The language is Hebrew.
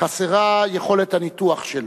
חסרה יכולת הניתוח שלו,